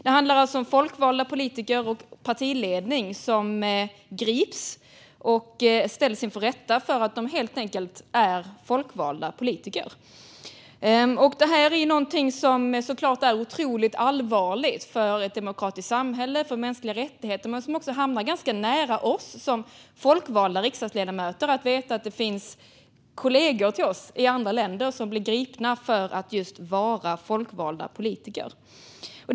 Det handlar om folkvalda politiker och partiledare som grips och ställs inför rätta, helt enkelt för att de är folkvalda politiker. Det är otroligt allvarligt för ett demokratiskt samhälle och för mänskliga rättigheter. Men det hamnar också ganska nära oss som folkvalda ledamöter; det finns kollegor till oss i andra länder som grips just för att de är folkvalda politiker.